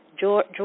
George